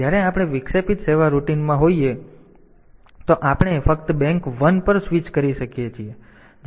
તેથી જ્યારે આપણે વિક્ષેપિત સેવા રૂટીનમાં હોઈએ છીએ તો આપણે ફક્ત બેંક 1 પર સ્વિચ કરી શકીએ છીએ